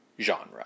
genre